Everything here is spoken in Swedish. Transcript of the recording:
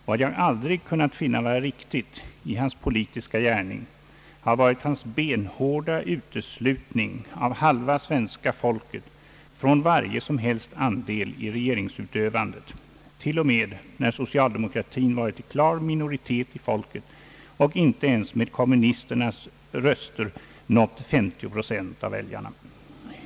Vad jag aldrig kunnat finna vara riktigt i hans politiska gärning har varit hans benhårda uteslutning av halva svenska folket från varje som helst andel i regeringsutövandet, till och med när socialdemokratin varit i klar minoritet i folket och inte ens med kommunisternas röster nått 50 procent av väljarna.